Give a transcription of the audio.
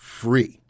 free